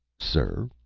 sir!